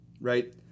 right